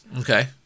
Okay